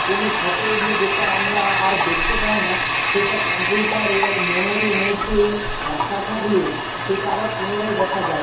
কোনো ফটো উঠলে যেটা আমরা আর দেখতে পাই না সেটা কম্পিউটারে এক মেমোরির মধ্যে রাখা থাকলে সেটা আবার পুনরায় দেখা যায়